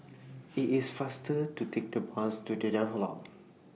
IT IS faster to Take The Bus to The Daulat